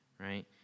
right